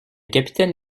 capitaine